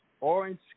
Orange